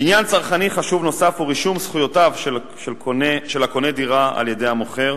עניין צרכני חשוב נוסף הוא רישום זכויותיו של הקונה דירה על-ידי המוכר.